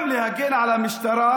גם להגן על המשטרה,